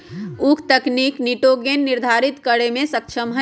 उख तनिक निटोगेन निर्धारितो करे में सक्षम हई